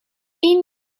این